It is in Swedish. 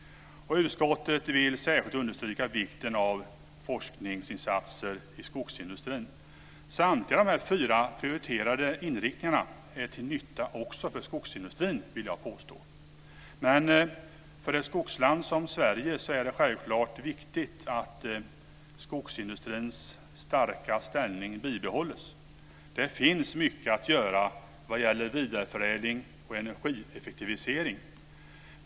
Utskottet vill särskilt understryka vikten av forskningsinsatser i skogsindustrin. Samtliga dessa fyra prioriterade inriktningar är till nytta också för skogsindustrin, vill jag påstå. Men för ett skogsland som Sverige är det självklart viktigt att skogsindustrins starka ställning bibehålls. Det finns mycket att göra vad gäller vidareförädling och energieffektivisering.